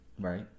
right